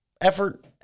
effort